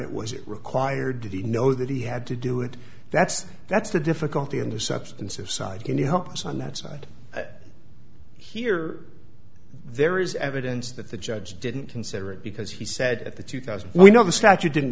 it was it required to be know that he had to do it that's that's the difficulty in the substance of side can you help us on that side here there is evidence that the judge didn't consider it because he said at the two thousand well you know the statute didn't